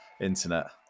internet